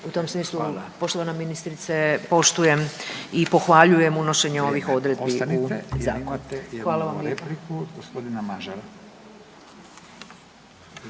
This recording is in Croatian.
Hvala./… … poštovana ministrice, poštujem i pohvaljujem unošenje ovih odredbi u zakonu. **Radin,